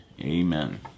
amen